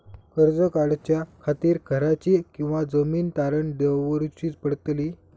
कर्ज काढच्या खातीर घराची किंवा जमीन तारण दवरूची पडतली?